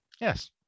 Yes